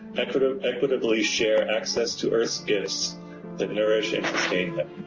equitably equitably share access to earth s gifts that nourish and sustain them